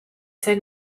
zen